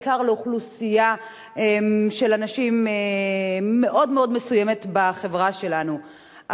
בעיקר לאוכלוסייה מאוד מאוד מסוימת בחברה שלנו,